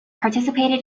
participated